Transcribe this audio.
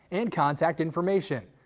and contact information.